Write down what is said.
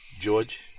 George